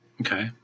Okay